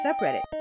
subreddit